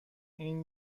این